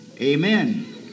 Amen